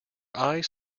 eyes